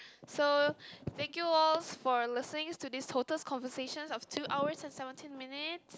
so thank you alls for listening to this conversation of two hours and seventeen minutes